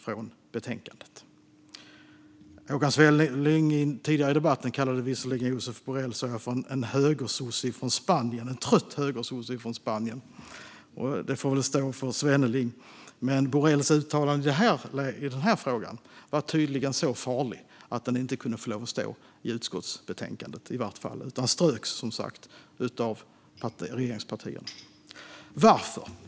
Visserligen kallade Håkan Svenneling tidigare i debatten Josep Borrell för en trött högersosse från Spanien, vilket väl får stå för Svenneling, men Borrells uttalande i denna fråga var tydligen så farligt att det inte kunde stå med i utskottsbetänkandet utan ströks av regeringspartierna. Varför?